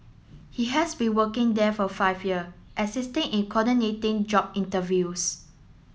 he has been working there for five year assisting in coordinating job interviews